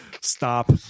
Stop